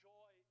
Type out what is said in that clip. joy